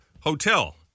hotel